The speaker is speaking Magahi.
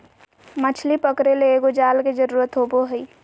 मछली पकरे ले एगो जाल के जरुरत होबो हइ